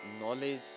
knowledge